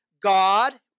God